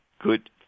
good